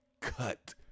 cut